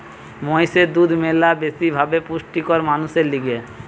মহিষের দুধ ম্যালা বেশি ভাবে পুষ্টিকর মানুষের লিগে